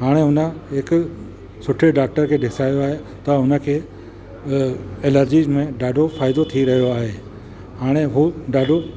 हाणे हुन हिकु सुठे डॉक्टर खे ॾेखायो आहे त हुन खे एलर्जी में ॾाढो फ़ाइदो थी रहियो आहे हाणे उहो ॾाढो